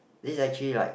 this actually like